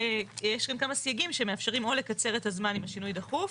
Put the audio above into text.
יש כאן כמה סייגים שמאפשרים או לקצר את הזמן אם השינוי דחוף,